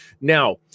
Now